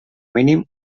mínim